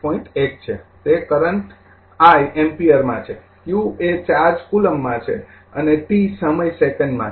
૧ છે તે i current એમ્પિયરમાં છે q એ ચાર્જ કુલમ્બમાં છે અને t સમય સેકન્ડમાં છે